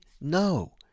No